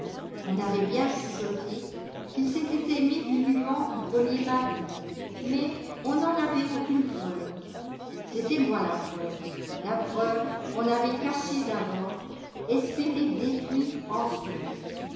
on avait bien chuchoté qu'ils s'étaient aimés du vivant du premier mari mais on n'en avait aucune preuve c'était moi la preuve la preuve qu'on avait cachée d'abord espéré détruire ensuite